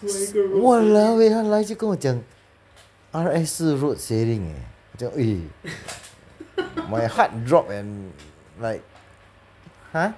s~ !walao! eh 他来就跟我讲 R_S 是 road sailing eh 这样 eh my heart drop and like !huh!